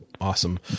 Awesome